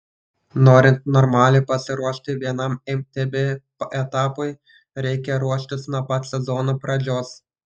norint normaliai pasiruošti vienam mtb etapui reikia ruoštis nuo pat sezono pradžios